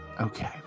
Okay